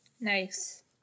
Nice